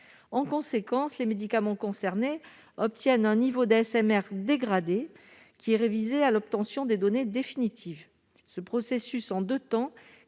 en conséquence les médicaments concernés obtiennent un niveau d'SMR dégradé qui est révisé à l'obtention des données définitives ce processus en 2 temps,